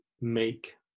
make